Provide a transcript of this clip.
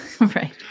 Right